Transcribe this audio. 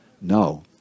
No